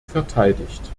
verteidigt